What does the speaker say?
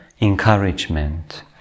encouragement